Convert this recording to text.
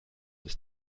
ist